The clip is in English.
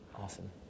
Awesome